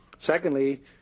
Secondly